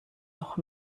noch